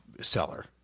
seller